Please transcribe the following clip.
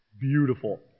Beautiful